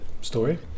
story